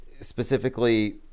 specifically